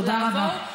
תודה רבה.